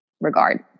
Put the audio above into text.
regard